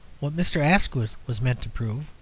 what mr. asquith was meant to prove,